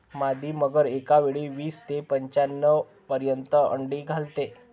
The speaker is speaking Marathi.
मादी मगर एकावेळी वीस ते पंच्याण्णव पर्यंत अंडी घालते